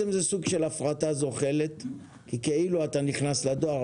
זה סוג של הפרטה זוחלת כי כאילו אתה נכנס לדואר,